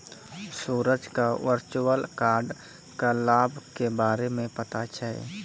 सूरज क virtual card क लाभ के बारे मे पता छै